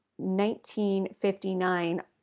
1959